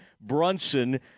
Brunson